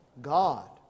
God